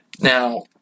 Now